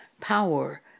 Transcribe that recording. power